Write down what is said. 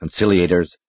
Conciliators